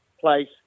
place